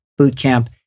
bootcamp